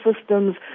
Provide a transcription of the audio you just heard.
systems